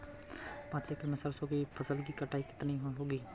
पांच एकड़ में सरसों की फसल की कटाई कितनी होगी?